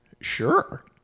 sure